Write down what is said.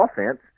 offense